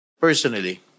Personally